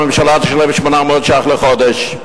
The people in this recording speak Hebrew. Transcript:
והממשלה תשלם 800 שקלים לחודש.